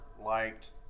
liked